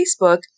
Facebook